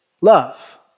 love